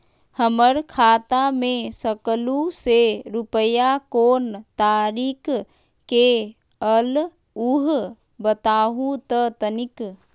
हमर खाता में सकलू से रूपया कोन तारीक के अलऊह बताहु त तनिक?